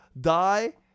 die